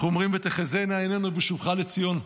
אנחנו אומרים: "ותחזינה עינינו בשובך לציון"